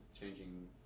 changing